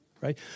right